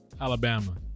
alabama